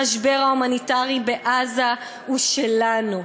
המשבר ההומניטרי בעזה הוא שלנו,